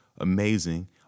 amazing